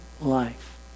life